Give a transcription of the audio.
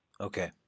Okay